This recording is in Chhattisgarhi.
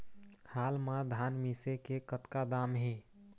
हाल मा धान मिसे के कतका दाम हे?